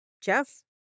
Jeff